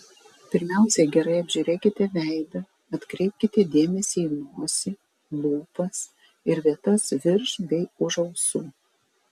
pirmiausia gerai apžiūrėkite veidą atkreipkite dėmesį į nosį lūpas ir vietas virš bei už ausų